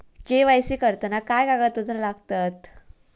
KYC करताना काय कागदपत्रा लागतत?